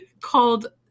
called